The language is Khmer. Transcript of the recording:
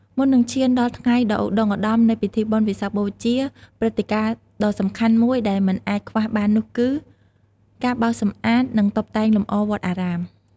មុននឹងឈានដល់ថ្ងៃដ៏ឧត្តុង្គឧត្តមនៃពិធីបុណ្យវិសាខបូជា ព្រឹត្តិការណ៍ដ៏សំខាន់មួយដែលមិនអាចខ្វះបាននោះគឺ ការបោសសម្អាត និងតុបតែងលម្អវត្តអារាម។